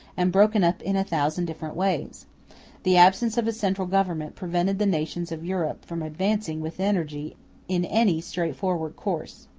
and broken up in a thousand different ways the absence of a central government prevented the nations of europe from advancing with energy in any straightforward course.